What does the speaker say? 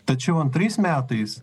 tačiau antrais metais